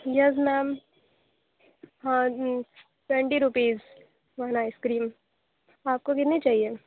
یس ma'am ہاں twenty rupees one ice cream آپ کو کتنی چاہیے